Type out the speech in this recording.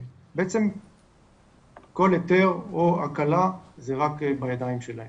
בעצם כל היתר או הקלה זה רק בידיים שלהם.